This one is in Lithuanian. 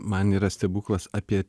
man yra stebuklas apie